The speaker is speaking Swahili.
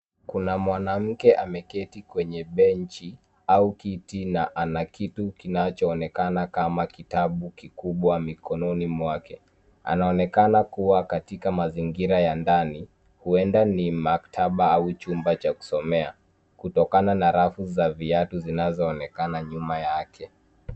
Kuna mwanamke ameketi kwenye benchi au kiti na ana kitu kinachoonekana kama kitabu kikubwa mkononi mwake. Anaonekana kuwa katika mazingira ya ndani , huenda ni maktaba au chumba cha kusomea kutokana na rafu za viatu zinazoonekana nyuma yake.